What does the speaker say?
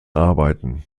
arbeiten